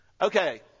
Okay